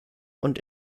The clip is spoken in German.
und